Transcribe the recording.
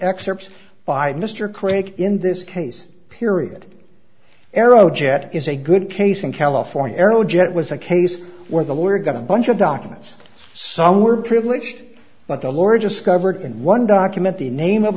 excerpts by mr craig in this case period aerojet is a good case in california aerojet was a case where the lawyer got a bunch of documents some were privileged but the largest covered in one document the name of